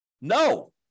No